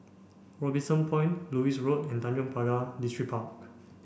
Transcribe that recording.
Robinson Point Lewis Road and Tanjong Pagar Distripark